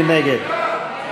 מי נגד?